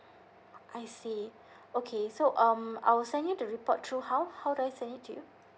I see okay so um I'll send you the report through how how do I send it to you